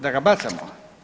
Da ga bacamo?